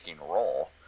role